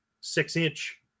six-inch